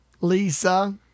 Lisa